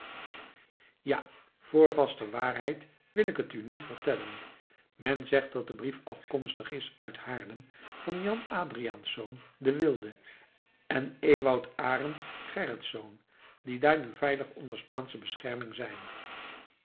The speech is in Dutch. ja voor vaste waarheid wil ik het u niet vertellen men zegt dat de brief afkomstig is uit haarlem van jan adriaensz de wilde en ewout arent gerritsz die daar nu veilig onder spaansche bescherming zijn